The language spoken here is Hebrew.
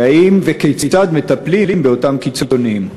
2. האם וכיצד מטפלים באותם קיצונים?